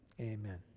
amen